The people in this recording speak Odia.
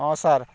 ହଁ ସାର୍